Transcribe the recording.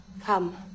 Come